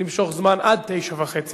למשוך זמן עד 21:30,